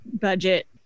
budget